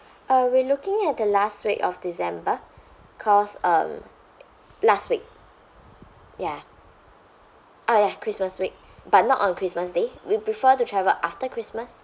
uh we're looking at the last week of december because um last week ya oh ya christmas week but not on christmas day we prefer to travel after christmas